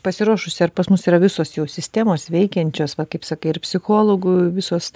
pasiruošusi ar pas mus yra visos jau sistemos veikiančios va kaip sakai ir psichologų visos